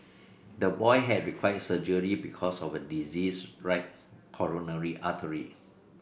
the boy had required surgery because of a diseased right coronary artery